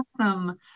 Awesome